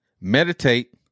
meditate